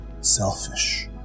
selfish